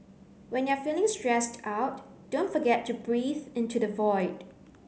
when you are feeling stressed out don't forget to breathe into the void